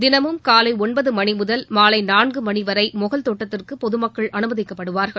தினமும் காலை ஒன்பது மணி முதல் மாலை நான்கு மணி வரை மொகல் தோட்டத்திற்கு பொதுமக்கள் அனுமதிக்கப்படுவார்கள்